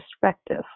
perspective